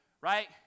right